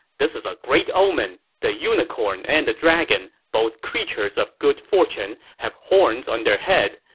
this is a great omen. the unicorn and the dragon, both creatures of good fortune, have horns on their head.